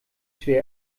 schwer